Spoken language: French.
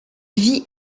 vit